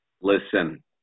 Listen